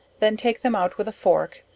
then take them out with a fork,